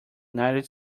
united